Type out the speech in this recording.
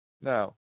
Now